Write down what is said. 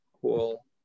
cool